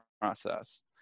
process